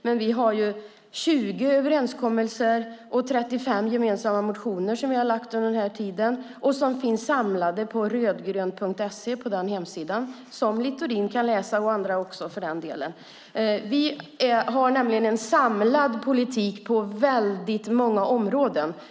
Men vi har 20 överenskommelser och 35 gemensamma motioner som vi har lagt fram under den här tiden och som finns samlade på Rödgrön.se som Littorin och andra kan läsa. Vi har en samlad politik på väldigt många områden.